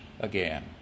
again